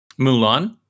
Mulan